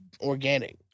organic